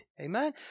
Amen